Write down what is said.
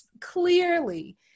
clearly